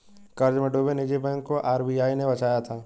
कर्ज में डूबे निजी बैंक को आर.बी.आई ने बचाया था